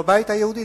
בבית היהודי,